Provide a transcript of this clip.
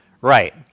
right